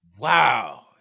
Wow